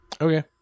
Okay